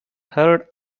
heard